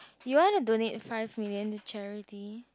you wanna donate five million with charity